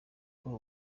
uko